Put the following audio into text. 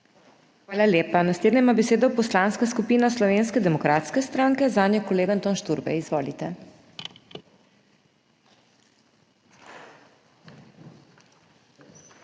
Hvala lepa. Naslednja ima besedo Poslanska skupina Slovenske demokratske stranke, zanjo kolega Anton Šturbej. Izvolite. **ANTON